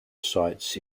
sites